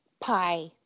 pie